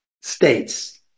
states